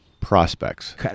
prospects